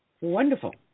Wonderful